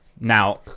Now